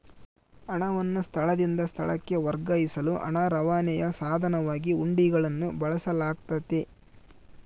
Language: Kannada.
ಹಣವನ್ನು ಸ್ಥಳದಿಂದ ಸ್ಥಳಕ್ಕೆ ವರ್ಗಾಯಿಸಲು ಹಣ ರವಾನೆಯ ಸಾಧನವಾಗಿ ಹುಂಡಿಗಳನ್ನು ಬಳಸಲಾಗ್ತತೆ